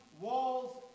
walls